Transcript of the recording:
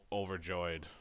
overjoyed